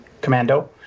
Commando